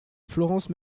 florence